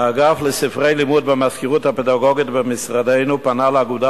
האגף לספרי לימוד במזכירות הפדגוגית במשרדנו פנה לאגודה